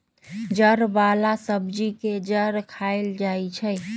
जड़ वाला सब्जी के जड़ खाएल जाई छई